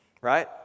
right